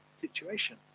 situation